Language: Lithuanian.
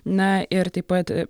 na ir taip pat